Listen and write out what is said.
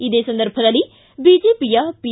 ಇದೇ ಸಂದರ್ಭದಲ್ಲಿ ಬಿಜೆಪಿಯ ಪಿ